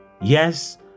Yes